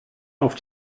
auf